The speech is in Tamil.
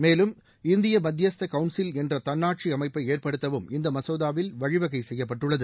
மேலும் இந்திய மத்தியஸ்த கவுன்சில் என்ற தன்னாட்சி அமைப்பை ஏற்படுத்தவும் இந்த மசோதாவில் வழிவகை செய்யப்பட்டுள்ளது